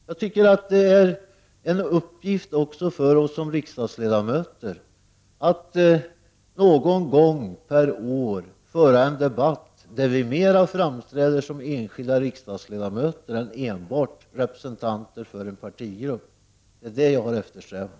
Jag tycker att det är en uppgift för oss som riksdagsledamöter att någon gång per år föra en debatt där vi mera framträder som enskilda riksdagsledamöter än som representanter för en partigrupp. Det är detta jag har eftersträvat.